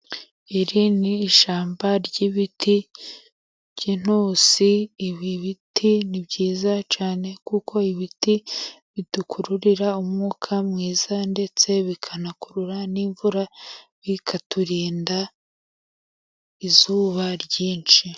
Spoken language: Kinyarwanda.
Iri ni ishyamba ry'ibiti by'intusi, ibi biti ni byiza cyane kuko bidukururira umwuka mwiza, ndetse bikanakurura n'imvura bikaturinda izuba ryinshi.